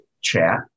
chat